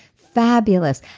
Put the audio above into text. fabulous.